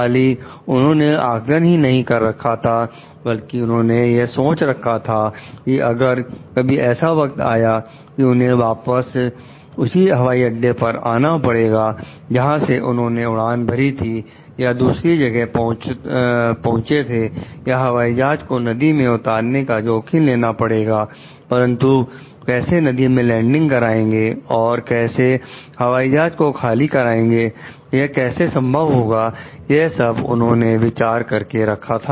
खाली उन्होंने आकलन ही नहीं कर रखा था बल्कि उन्होंने यह सोच रखा था कि अगर कभी ऐसा वक्त आया कि उन्हें वापस उसी हवाई अड्डे पर आना पड़ेगा जहां से उन्होंने उड़ान भरी थी या दूसरी जगह पहुंचे थे या हवाई जहाज को नदी में उतारने का जोखिम लेना पड़ेगा परंतु कैसे नदी में लैंडिंग कराएंगे और कैसे हवाई जहाज को खाली कराएंगे यह कैसे संभव होगा यह सब उन्होंने विचार करके रखा था